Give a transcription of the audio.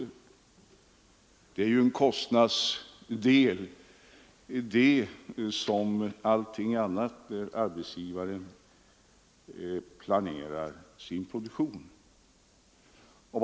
Denna avgift är en kostnadsdel som allting annat som arbetsgivaren planerar i samband med sin produktion.